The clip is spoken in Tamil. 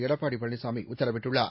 எடப்பா படினிச்சாமி உத்தரவிட்டுள்ளார்